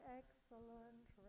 excellent